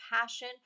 passion